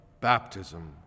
baptism